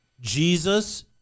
Jesus